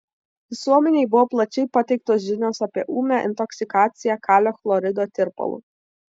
visuomenei buvo plačiai pateiktos žinios apie ūmią intoksikaciją kalio chlorido tirpalu